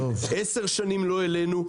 עשר שנים לא העלינו.